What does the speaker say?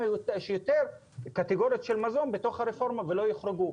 שיותר קטגוריות של מזון בתוך הרפורמה ולא יוחרגו.